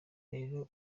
rero